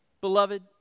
beloved